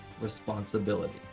responsibility